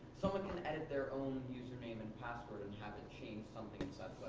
so but edit their own username and password and you haven't changed something inside